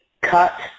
cut